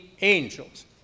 angels